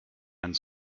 and